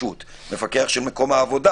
במקום העבודה.